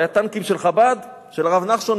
היו טנקים של חב"ד, של הרב נחשון